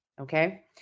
okay